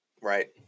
right